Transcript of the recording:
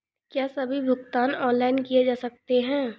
क्या सभी भुगतान ऑनलाइन किए जा सकते हैं?